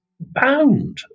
Bound